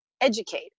educate